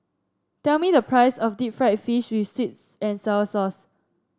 tell me the price of Deep Fried Fish with sweets and sour sauce